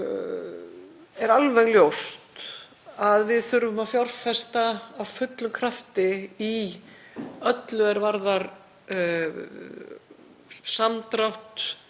er alveg ljóst að við þurfum að fjárfesta af fullum krafti í öllu er varðar samdrátt